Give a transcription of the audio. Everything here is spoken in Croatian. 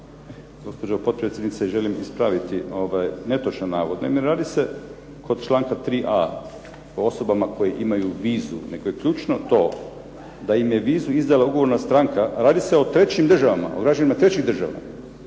Gospođo potpredsjednice, želim ispraviti netočan navod. Naime, radi se kod članka 3a. o osobama koje imaju vizu, nego je ključno to da im je vizu izdala ugovorna stranka. Radi se o trećim državama, o građanima trećih država.